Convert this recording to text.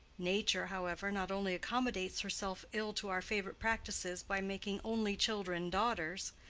nature, however, not only accommodates herself ill to our favorite practices by making only children daughters,